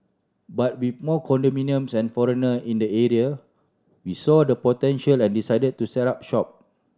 but with more condominiums and foreigner in the area we saw the potential and decided to set up shop